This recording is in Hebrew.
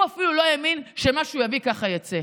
הוא אפילו לא האמין שמה שהוא יביא ככה יצא.